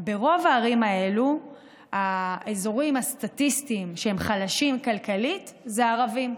ברוב הערים האלה האזורים שסטטיסטית הם חלשים כלכלית זה של ערבים,